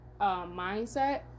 mindset